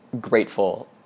grateful